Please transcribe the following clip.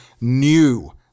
new